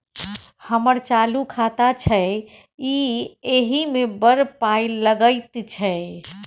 हमर चालू खाता छै इ एहि मे बड़ पाय लगैत छै